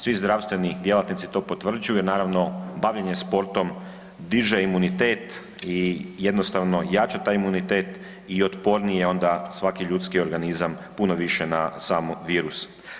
Svi zdravstveni djelatnici to potvrđuju, jer naravno bavljenje sportom diže imunitet i jednostavno jača taj imunitet i otporniji je onda svaki ljudski organizam puno više na sam virus.